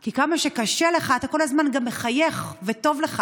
כי כמה שקשה לך אתה כל הזמן גם מחייך וטוב לך.